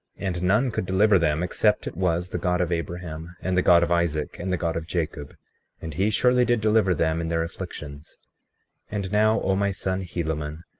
and none could deliver them except it was the god of abraham, and the god of isaac, and the god of jacob and he surely did deliver them in their afflictions and now, o my son helaman,